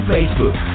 Facebook